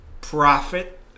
profit